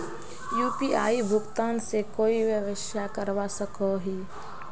UPI भुगतान से कोई व्यवसाय करवा सकोहो ही?